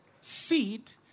seed